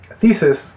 thesis